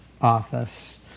office